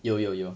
有有有